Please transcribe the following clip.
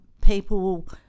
people